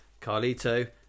Carlito